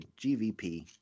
GVP